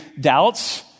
doubts